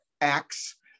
acts